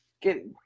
get